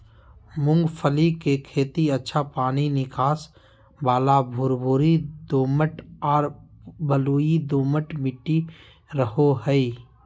मूंगफली के खेती अच्छा पानी निकास वाला भुरभुरी दोमट आर बलुई दोमट मट्टी रहो हइ